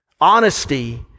honesty